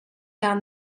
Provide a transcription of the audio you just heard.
down